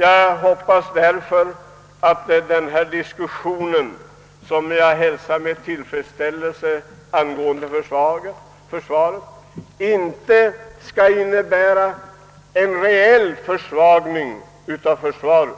Jag hoppas därför att denna diskussion angående försvaret — som jag hälsar med tillfredsställelse — inte skall leda till en reell försvagning av försvaret.